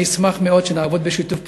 אני אשמח מאוד שנעבוד בשיתוף פעולה,